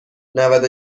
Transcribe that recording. نود